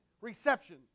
reception